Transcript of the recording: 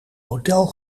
model